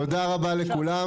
תודה רבה לכולם.